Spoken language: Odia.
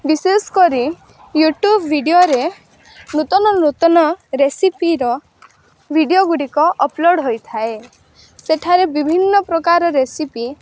ବିଶେଷ କରି ୟୁଟ୍ୟୁବ ଭିଡ଼ିଓରେ ନୂତନ ନୂତନ ରେସିପିର ଭିଡ଼ିଓ ଗୁଡ଼ିକ ଅପଲୋଡ଼୍ ହୋଇଥାଏ ସେଠାରେ ବିଭିନ୍ନପ୍ରକାର ରେସିପି